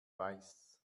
weiß